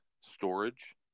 storage